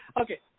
Okay